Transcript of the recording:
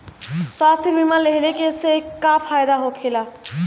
स्वास्थ्य बीमा लेहले से का फायदा होला?